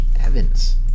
Evans